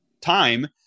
time